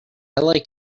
like